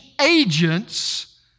agents